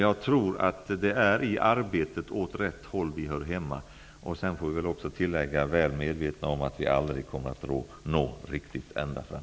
Det är i arbetet att se att det går åt rätt håll som vi hör hemma. Vi bör nog också tillägga att vi är väl medvetna om att vi aldrig kommer att nå riktigt ända fram.